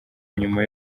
nyuma